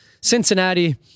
Cincinnati